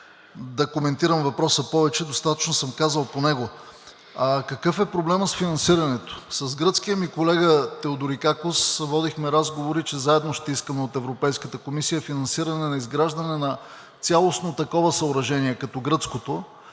да коментирам въпроса повече, достатъчно съм казал по него. Какъв е проблемът с финансирането? С гръцкия ми колега Теодорикакос водихме разговори, че заедно ще искаме от Европейската комисия финансиране за изграждане на цялостно такова съоръжение като гръцкото